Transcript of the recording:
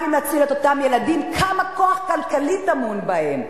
רק אם נציל את אותם ילדים - כמה כוח כלכלי טמון בהם.